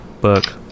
book